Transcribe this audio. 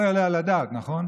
לא יעלה על הדעת, נכון?